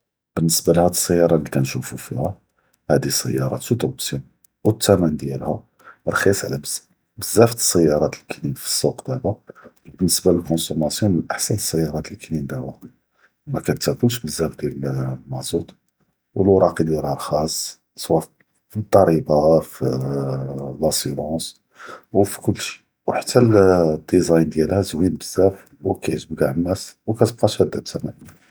באלניסבה להאד סיארה לי כנהשוף פיהא האד סיארה טוט אובסיונ ו אלתמנ דיאלהא רכ’יס עלא בז בזאף אלסיארות לי כאיןין פי אלסוק דאבא, ובאלניסבה לקונסומאסיון מן אהסן סיארות לי כאיןין דאבא מא כתכ’לש בזאף דיאל מזואוט ולוראקי דיאלהא רכ’אס סווא פ פי דריבה פ לאסירונס ו פ כולשי, וחתאל דיזיין דיאלהא זוין בזאף ו כ יע’ג’ב קאל אנאס, ו כתבקא שדה אלתמנ.